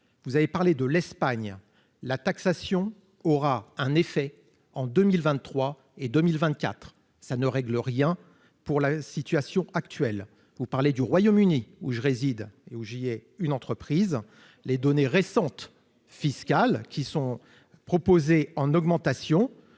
vous avez parlé de l'Espagne, la taxation aura un effet en 2023 et 2024 ça ne règle rien pour la situation actuelle, vous parlez du Royaume-Uni où je réside et juillet une entreprise les données récentes fiscales qui sont proposés en augmentation